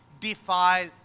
defile